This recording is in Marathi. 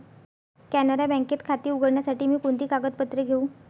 कॅनरा बँकेत खाते उघडण्यासाठी मी कोणती कागदपत्रे घेऊ?